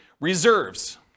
reserves